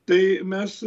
tai mes